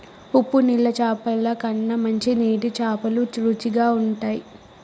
ఉప్పు నీళ్ల చాపల కన్నా మంచి నీటి చాపలు రుచిగ ఉంటయ్